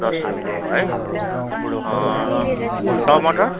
दस रुपियाँ पावा है टमाटर